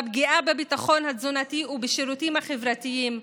בפגיעה בביטחון התזונתי ובשירותים החברתיים.